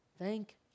Thank